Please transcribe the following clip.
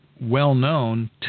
well-known